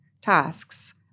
tasks